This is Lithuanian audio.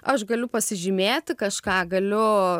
aš galiu pasižymėti kažką galiu